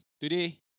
today